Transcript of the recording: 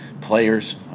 players